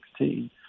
2016